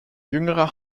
jüngerer